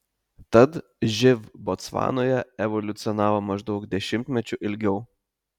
tad živ botsvanoje evoliucionavo maždaug dešimtmečiu ilgiau